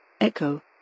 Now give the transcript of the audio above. Echo